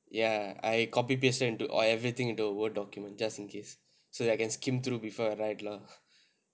ya I copy pasted into all everything in the word document just in case so that I can skim through before I write lah